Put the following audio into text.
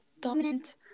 dominant